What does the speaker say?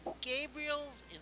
Gabriel's